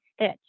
stitch